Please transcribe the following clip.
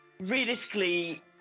Realistically